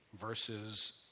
versus